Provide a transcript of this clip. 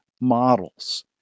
models